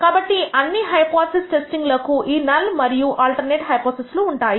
కాబట్టి అన్ని hypothesis testing లకు ఈ నల్ మరియు ఆల్టర్నేటివ్ లు ఉంటాయి